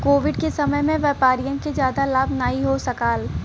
Covid के समय में व्यापारियन के जादा लाभ नाहीं हो सकाल